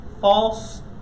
false